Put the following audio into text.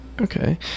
okay